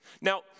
Now